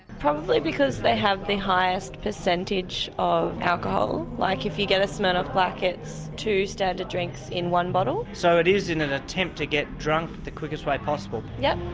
probably because they have the highest percentage of alcohol. like if you get a smirnoff black it's two standard drinks in one bottle. so it is in an attempt to get drunk the quickest way possible? yes.